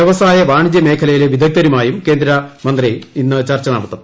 വൃവസായ വാണിജൃ മേഖലയിലെ വിദഗ്ധരുമായും കേന്ദ്രമന്ത്രി ഇന്ന് ചർച്ച നടത്തും